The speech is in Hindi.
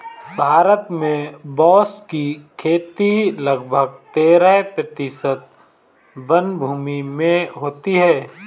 भारत में बाँस की खेती लगभग तेरह प्रतिशत वनभूमि में होती है